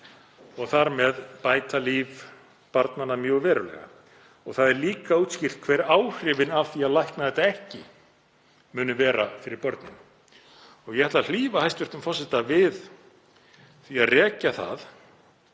og þar með bæta líf barnanna mjög verulega. Líka er útskýrt hver áhrifin af því að lækna þetta ekki muni vera fyrir börnin. Ég ætla að hlífa hæstv. forseta við því að rekja það